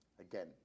again